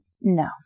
No